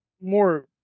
more